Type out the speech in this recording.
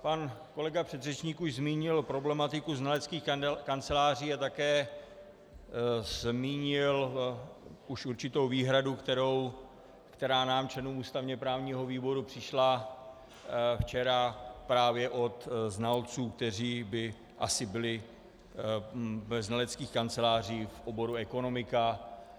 Pan kolega předřečník už zmínil problematiku znaleckých kanceláří a také zmínil už určitou výhradu, která nám, členům ústavněprávního výboru, přišla včera právě od znalců, kteří by asi byli ve znaleckých kancelářích v oboru ekonomika.